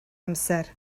amser